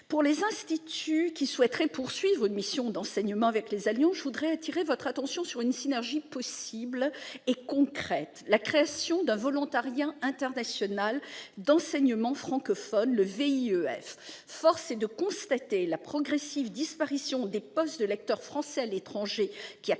Pour les instituts français qui souhaiteraient poursuivre une mission d'enseignement en lien avec les alliances françaises, j'attire votre attention sur une synergie possible et concrète : la création d'un volontariat international d'enseignement francophone, ou VIEF. Force est de constater la disparition progressive des postes de lecteurs français à l'étranger.